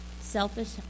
selfish